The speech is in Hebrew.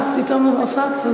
אה, אז פתאום הופעת?